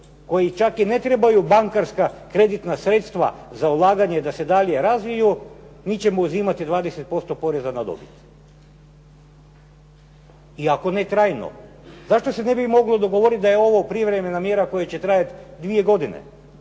koji čak i ne trebaju bankarska kreditna sredstva za ulaganje da se dalje razviju mi ćemo uzimati 20% poreza na dobit iako ne trajno. Zašto se ne bi moglo dogovoriti da je ovo privremena mjera koja će trajati dvije godine